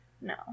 No